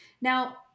now